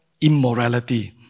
immorality